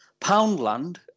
Poundland